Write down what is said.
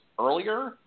earlier